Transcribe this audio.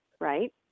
right